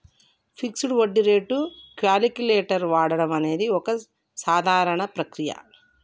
fixed వడ్డీ rate calculator వాడడం అనేది ఒక సాధారణ ప్రక్రియ